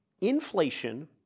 inflation